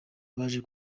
baje